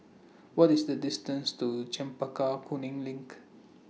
What IS The distance to Chempaka Kuning LINK